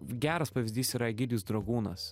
geras pavyzdys yra egidijus dragūnas